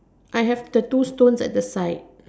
I have the two stones a the side